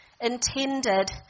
intended